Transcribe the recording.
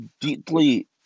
deeply